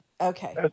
Okay